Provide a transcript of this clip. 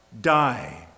die